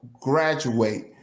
graduate